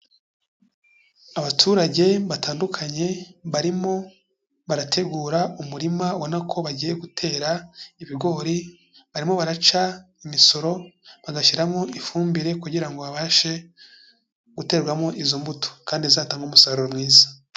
Abaturage batandukanye barimo barategura umurima ubona ko bagiye gutera ibigori, barimo baraca imisoro bagashyiramo ifumbire kugira ngo babashe guterwamo izo mbuto, kandi zizatange umusaruro mwiza.